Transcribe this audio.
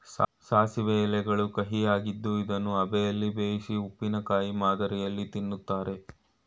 ಸಾಸಿವೆ ಎಲೆಗಳು ಕಹಿಯಾಗಿದ್ದು ಇದನ್ನು ಅಬೆಯಲ್ಲಿ ಬೇಯಿಸಿ ಉಪ್ಪಿನಕಾಯಿ ಮಾದರಿಯಲ್ಲಿ ತಿನ್ನುತ್ತಾರೆ